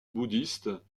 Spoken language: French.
bouddhiste